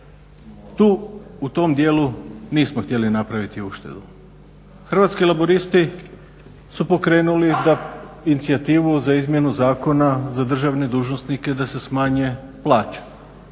Tu u tom dijelu nismo htjeli napraviti uštedu. Hrvatski laburisti su pokrenuli da inicijativu za izmjenu Zakona za državne dužnosnike da se smanje plaće,